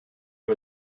who